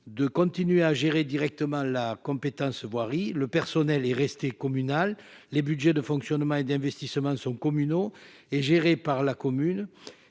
de continuer à gérer directement la compétence voirie, le personnel est restée communal, les Budgets de fonctionnement et d'investissement sont communaux et gérée par la commune